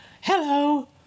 Hello